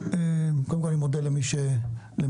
קודם כל, אני מודה למי שהגיע.